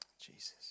Jesus